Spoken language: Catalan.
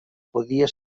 podia